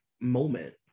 moment